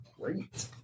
Great